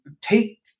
take